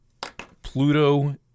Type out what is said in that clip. Pluto